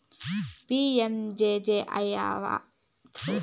PMJJAY పదకానికి apply సేసేదానికి తప్పనిసరిగా సేవింగ్స్ కాతా ఉండాల్ల